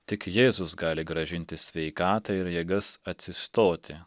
tik jėzus gali grąžinti sveikatą ir jėgas atsistoti